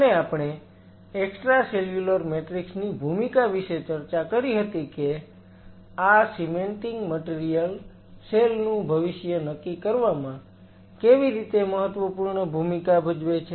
અને આપણે extracellular matrix ની ભૂમિકા વિશે ચર્ચા કરી હતી કે આ સીમેન્ટિંગ મટીરીયલ સેલ નું ભવિષ્ય નક્કી કરવામાં કેવી રીતે મહત્વપૂર્ણ ભૂમિકા ભજવે છે